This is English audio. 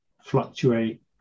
fluctuate